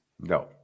No